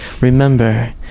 remember